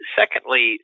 secondly